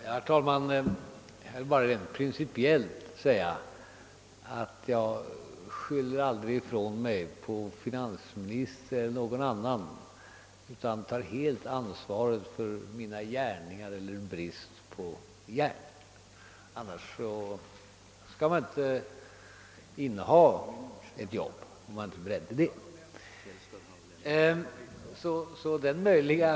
Herr talman! Jag vill rent principiellt säga att jag aldrig skyller ifrån mig vare sig på finansministern eller på någon annan utan tar hela ansvaret för mina gärningar eller min brist på gärningar. Om man inte är beredd till det kan man inte inneha ett sådant här uppdrag.